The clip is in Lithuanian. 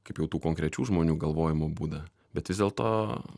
kaip jau tų konkrečių žmonių galvojimo būdą bet vis dėlto